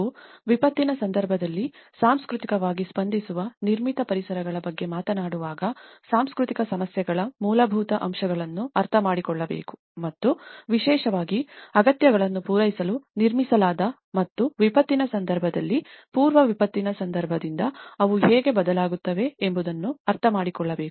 ನಾವು ವಿಪತ್ತಿನ ಸಂದರ್ಭದಲ್ಲಿ ಸಾಂಸ್ಕೃತಿಕವಾಗಿ ಸ್ಪಂದಿಸುವ ನಿರ್ಮಿತ ಪರಿಸರಗಳ ಬಗ್ಗೆ ಮಾತನಾಡುವಾಗ ಸಾಂಸ್ಕೃತಿಕ ಸಮಸ್ಯೆಗಳ ಮೂಲಭೂತ ಅಂಶಗಳನ್ನು ಅರ್ಥಮಾಡಿಕೊಳ್ಳಬೇಕು ಮತ್ತು ವಿಶೇಷವಾಗಿ ಅಗತ್ಯಗಳನ್ನು ಪೂರೈಸಲು ನಿರ್ಮಿಸಲಾದ ಮತ್ತು ವಿಪತ್ತಿನ ಸಂದರ್ಭದಲ್ಲಿ ಪೂರ್ವ ವಿಪತ್ತಿನ ಸಂದರ್ಭದಿಂದ ಅವು ಹೇಗೆ ಬದಲಾಗುತ್ತವೆ ಎಂಬುದನ್ನು ಅರ್ಥಮಾಡಿಕೊಳ್ಳಬೇಕು